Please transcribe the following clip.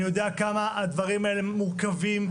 אני יודע כמה הדברים האלה מורכבים,